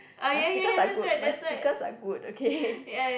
my speakers are good my speakers are good okay